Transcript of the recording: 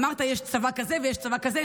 אמרת: יש צבא כזה ויש צבא כזה.